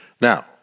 Now